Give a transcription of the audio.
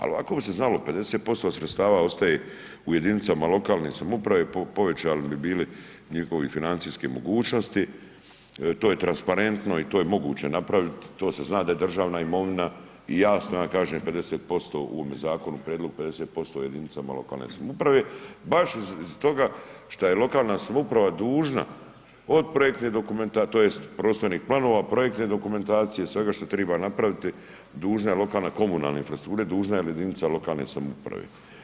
A ovako bi se znalo, 50% sredstava ostaje u jedinicama lokalne samouprave, povećali bi bili njihove financijske mogućnosti, to je transparentno i to je moguće napraviti, to se zna da je državna imovina i jasno ja kažem, 50% u ovome zakonu, prijedlog 50% jedinicama lokalne samouprave baš toga što je lokalna samouprava dužna od projektne dokumenta tj. prostornih planova, projektne dokumentacija, svega što treba napraviti, dužna je lokalna komunalne infrastrukture, dužna je jedinica lokalne samouprave.